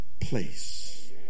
place